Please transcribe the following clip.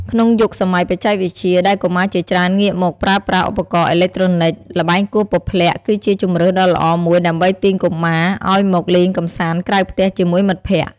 ក្នុងយុគសម័យបច្ចេកវិទ្យា ដែលកុមារជាច្រើនងាកមកប្រើប្រាស់ឧបករណ៍អេឡិចត្រូនិក ល្បែងគោះពព្លាក់គឺជាជម្រើសដ៏ល្អមួយដើម្បីទាញកុមារឱ្យមកលេងកម្សាន្តក្រៅផ្ទះជាមួយមិត្តភក្តិ។